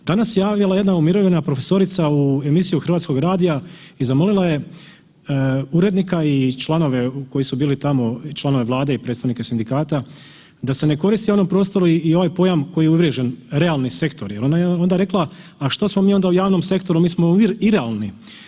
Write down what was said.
Danas se javila jedna umirovljena profesorica u emisiju Hrvatskog radija i zamolila je urednika i članove koji su bili tamo, članove Vlade i predstavnike sindikata da se ne koristi u onom prostoru i onaj pojam koji je uvriježen realni sektor jer ona je onda rekla, a što smo mi onda u javnom sektoru, mi smo irealni.